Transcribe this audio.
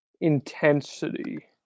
intensity